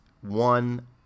one